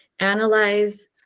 analyze